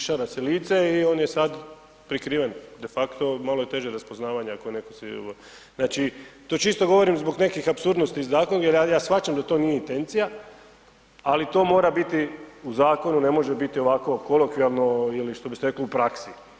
Išara si lice i on je sad prikriven, de facto malo je teže raspoznavanje ako je netko si ... znači to čisto govorim zbog nekih apsurdnosti iz zakona jer ja shvaćam da to nije intencija, ali to mora biti u zakonu, ne može biti ovako kolokvijalno ili što bi se reklo u praksi.